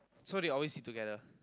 so they always sit together